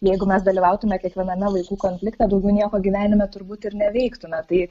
jeigu mes dalyvautume kiekviename vaikų konflikte daugiau nieko gyvenime turbūt ir neveiktume tai